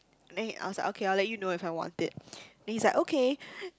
then he I was like okay I'll let you know if I want it then he's like okay